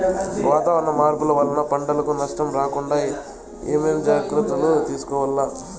వాతావరణ మార్పులు వలన పంటలకు నష్టం రాకుండా ఏమేం జాగ్రత్తలు తీసుకోవల్ల?